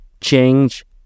Change